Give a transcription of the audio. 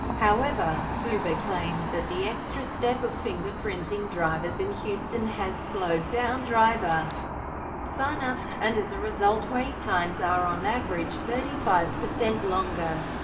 however, uber claims that the extra step of fingerprinting drivers in houston has slowed down driver sign-ups, and as a result wait times are on average thirty five percent longer.